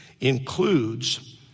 includes